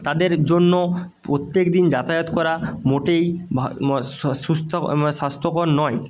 তাদের জন্য প্রত্যেক দিন যাতায়াত করা মোটেই সুস্থক স্বাস্থ্যকর নয়